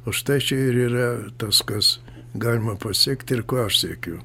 o štai čia ir yra tas kas galima pasekti ir ko aš siekiu